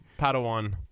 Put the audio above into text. Padawan